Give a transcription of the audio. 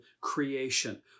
creation